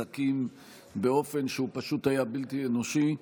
שקים באופן שפשוט היה בלתי אנושי.